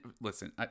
listen